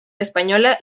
española